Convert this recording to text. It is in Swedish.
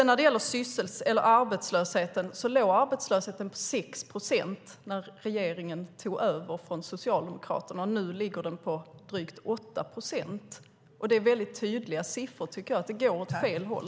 När det gäller arbetslösheten låg den på 6 procent när regeringen tog över efter Socialdemokraterna. Nu ligger den på drygt 8 procent. Det är väldigt tydliga siffror på att det går åt fel håll.